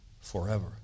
forever